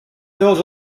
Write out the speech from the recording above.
those